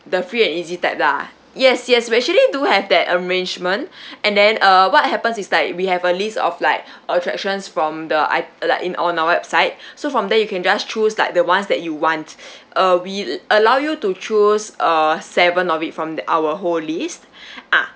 the free and easy type lah yes yes we actually do have that arrangement and then uh what happens is like we have a list of like attractions from the I like in on our website so from there you can just choose like the ones that you want uh we allow you to choose uh seven of it from our whole list ah